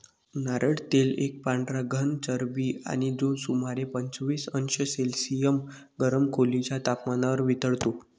नारळ तेल एक पांढरा घन चरबी आहे, जो सुमारे पंचवीस अंश सेल्सिअस गरम खोलीच्या तपमानावर वितळतो